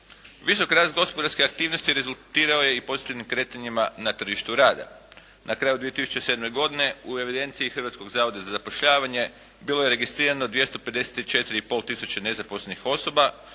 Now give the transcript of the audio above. Visok rast gospodarske aktivnosti rezultirao je i pozitivnim kretanjima na tržištu rada. Na kraju 2007. godine u evidenciji Hrvatskog zavoda za zapošljavanje bilo je registrirano 254,5 tisuće nezaposlenih osoba